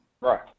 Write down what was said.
Right